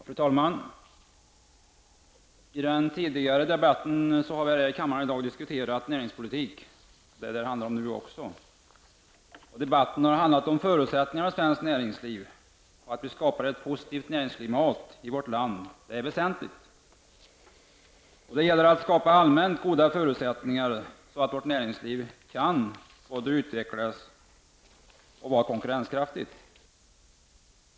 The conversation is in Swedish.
Fru talman! I den förra debatten här i kammaren i dag diskuterade vi näringspolitik. Även den här debatten handlar om näringspolitiken. Det har gällt förutsättningarna för svenskt näringsliv. Det är alltså väsentligt att ett positivt näringsklimat skapas i vårt land. Då gäller det att skapa allmänt goda förutsättningar, så att vårt näringsliv kan både utvecklas och vara konkurrenskraftigt.